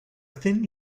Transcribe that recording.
thin